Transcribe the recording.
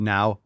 Now